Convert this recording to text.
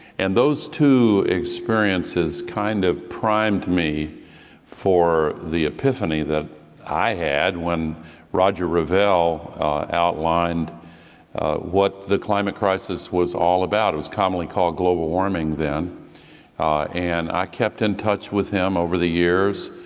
and those two experiences kind of primed me for the epiphany that i had when roger revelle outlined what the climate crisis was all about and it was commonly called global warming then and i kept in touch with him over the years.